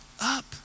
up